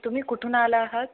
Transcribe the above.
तुम्ही कुठून आला आहात